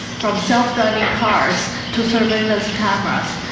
from self-driving cars to surveillance cameras,